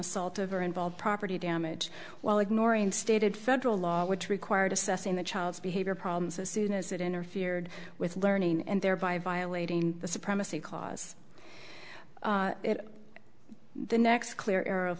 assaultive or involved property damage while ignoring stated federal law which required assessing the child's behavior problems as soon as it interfered with learning and thereby violating the supremacy clause the next clear a